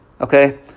Okay